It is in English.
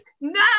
No